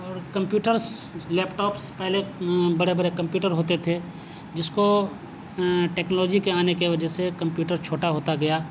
اور computers laptops پہلے بڑے برے کمپیوٹر ہوتے تھے جس کو ٹیکنالوجی کے آنے کے وجہ سے کمپیوٹر چھوٹا ہوتا گیا